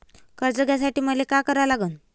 कर्ज घ्यासाठी मले का करा लागन?